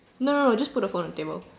no no no just put the phone on the table